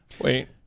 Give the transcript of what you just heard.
Wait